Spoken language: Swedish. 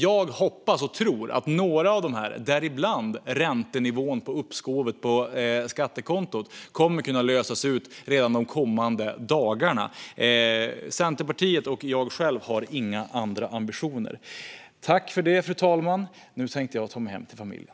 Jag hoppas och tror att några av dem, däribland räntenivån på uppskovet på skattekontot, kommer att kunna lösas redan de kommande dagarna. Centerpartiet och jag själv har inga andra ambitioner. Fru talman! Nu tänkte jag ta mig hem till familjen.